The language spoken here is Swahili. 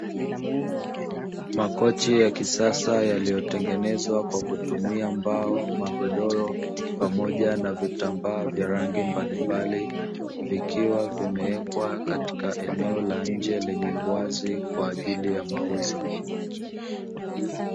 Makochi ya kisasa yaliyotengenezwa kwa kutumia mbao na godoro, pamoja na vitambaa vya rangi mbalimbali vikiwa vimewekwa katika eneo la nje lenye uwazi kwa ajili ya mauzo.